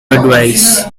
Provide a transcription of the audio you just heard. advise